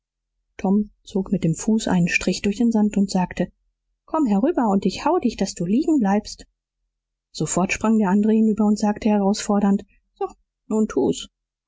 tom zog mit dem fuß einen strich durch den sand und sagte komm herüber und ich hau dich daß du liegen bleibst sofort sprang der andere hinüber und sagte herausfordernd so nun tu's